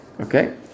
Okay